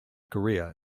korea